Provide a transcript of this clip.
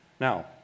Now